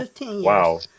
Wow